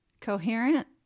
Coherent